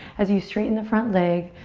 as you straighten the front leg,